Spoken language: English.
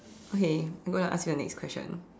okay I'm going to ask you the next question